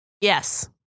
Yes